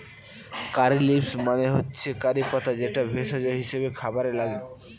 কারী leaves মানে হচ্ছে curry পাতা যেটা ভেষজ হিসেবে খাবারে লাগে